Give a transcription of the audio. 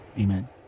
amen